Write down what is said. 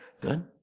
Good